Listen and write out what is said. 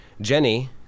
Jenny